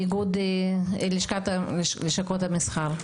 איגוד לשכות המסחר.